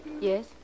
Yes